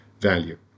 value